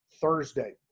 Thursday